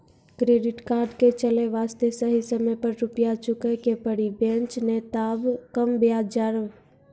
Credit card के चले वास्ते सही समय पर रुपिया चुके के पड़ी बेंच ने ताब कम ब्याज जोरब?